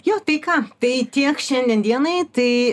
jo tai ką tai tiek šiandien dienai tai